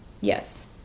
Yes